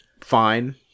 fine